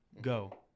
go